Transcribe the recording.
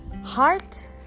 heart